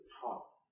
top